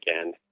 again